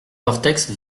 vortex